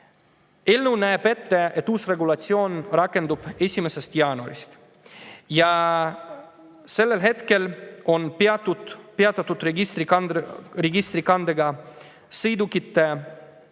Eelnõu näeb ette, et uus regulatsioon rakendub 1. jaanuarist. Sellel hetkel on peatatud registrikandega sõidukite omanikel